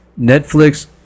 Netflix